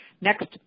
Next